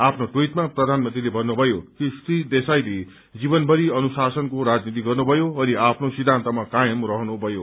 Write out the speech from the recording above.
आफ्नो ट्वीटमा प्रधानमन्त्रीले भव्रुभयो कि श्री देशाईले जीवनभरि अनुशासनको राजनीति गर्नुभयो अनि आफ्नो सिद्दान्तमा कायम रहनुभयो